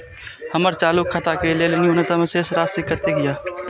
हमर चालू खाता के लेल न्यूनतम शेष राशि कतेक या?